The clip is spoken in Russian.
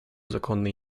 законные